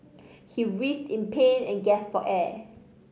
he writhed in pain and gasped for air